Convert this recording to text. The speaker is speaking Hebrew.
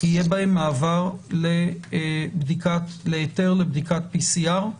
יהיה בהן מעבר להיתר לבדיקת PCR,